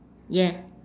yeah